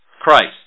Christ